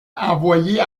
envoyé